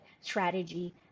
strategy